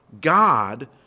God